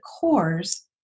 cores